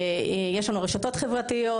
יש לנו רשתות חברתיות,